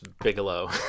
Bigelow